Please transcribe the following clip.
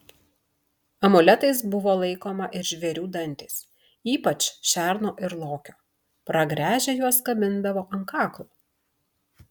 amuletais buvo laikoma ir žvėrių dantys ypač šerno ir lokio pragręžę juos kabindavo ant kaklo